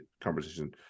conversation